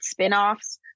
spinoffs